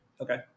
Okay